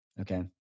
Okay